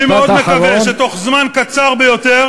אני מאוד מקווה שבתוך זמן קצר ביותר